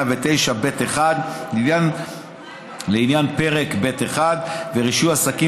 109(ב)(1) לעניין פרק ב'1 (רישוי עסקים